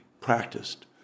practiced